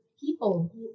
people